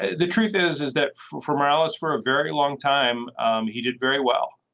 the truth is is that for morales for a very long time um he did very well.